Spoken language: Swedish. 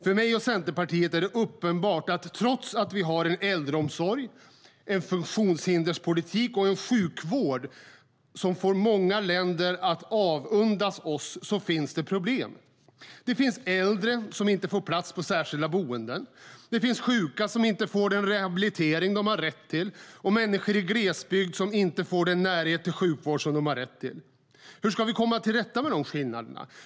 För mig och Centerpartiet är det uppenbart att det trots att vi har en äldreomsorg, en funktionshinderspolitik och en sjukvård som får många länder att avundas oss finns problem. Det finns äldre som inte får plats på särskilda boenden. Det finns sjuka som inte får den rehabilitering de har rätt till och människor i glesbygd som inte får den närhet till sjukvård som de har rätt till. Hur ska vi komma till rätta med dessa skillnader?